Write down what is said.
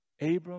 Abram